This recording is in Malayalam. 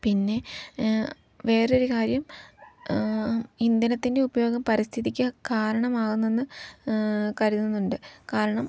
പിന്നെ വേറൊരു കാര്യം ഇന്ധനത്തിൻ്റെ ഉപയോഗം പരിസ്ഥിതിക്ക് കാരണമാകുന്നെന്ന് കരുതുന്നുണ്ട് കാരണം